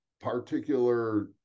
particular